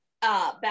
back